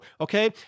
okay